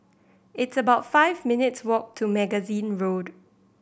it's about five minutes' walk to Magazine Road